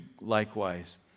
likewise